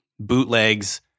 bootlegs